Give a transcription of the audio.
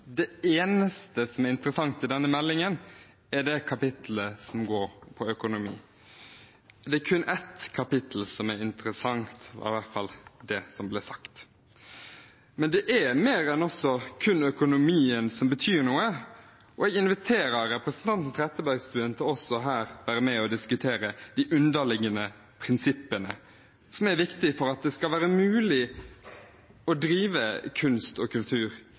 det eneste som er interessant i denne meldingen, er det kapitlet som går på økonomi. Det er kun ett kapittel som er interessant, var i hvert fall det som ble sagt. Men det er mer enn kun økonomien som betyr noe, og jeg inviterer representanten Trettebergstuen til også her å være med og diskutere de underliggende prinsippene, som er viktige for at det skal være mulig å drive kunst og kultur